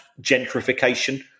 gentrification